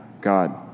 God